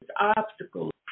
obstacles